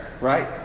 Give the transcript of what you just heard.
right